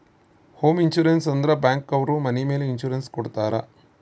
home insurance ಅಂದ್ರೆ bank ಅವ್ರು ಮನೆ ಮೇಲೆ ಇನ್ಸೂರೆನ್ಸ್ ಕೊಡ್ತಾರ